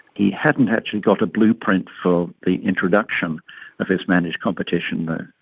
he hadn't actually got a blueprint for the introduction of this managed competition though.